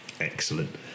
Excellent